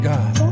God